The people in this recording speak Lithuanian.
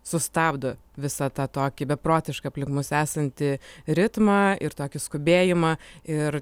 sustabdo visą tą tokį beprotišką aplink mus esantį ritmą ir tokį skubėjimą ir